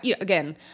again